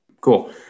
Cool